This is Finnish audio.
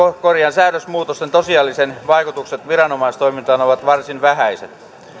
säädösmuutosten tosiasialliset vaikutukset viranomaistoimintaan ovat varsin vähäiset